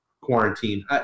quarantine